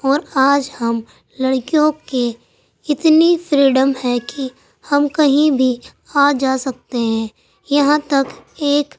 اور آج ہم لڑکیوں کے اتنی فریڈم ہے کہ ہم کہیں بھی آ جا سکتے ہیں یہاں تک ایک